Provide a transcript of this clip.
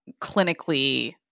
clinically